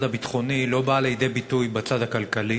הביטחוני לא באה לידי ביטוי בצד הכלכלי.